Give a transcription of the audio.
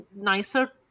nicer